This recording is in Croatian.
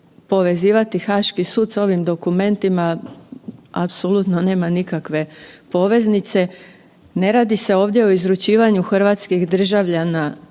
Povezivati Haški sud s ovim dokumentima, apsolutno nema nikakve poveznice. Ne radi se ovdje o izručivanju hrvatskih državljana